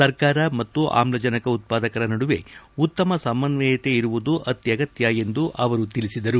ಸರ್ಕಾರ ಮತ್ತು ಅಮ್ಜಜನಕ ಉತ್ಪಾದಕರ ನದುವೆ ಉತ್ತಮ ಸಮನ್ವಯತೆ ಇರುವುದು ಅತ್ಯಗತ್ಯ ಎಂದು ಅವರು ತಿಳಿಸಿದರು